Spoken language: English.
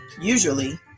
usually